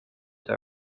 they